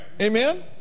Amen